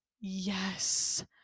Yes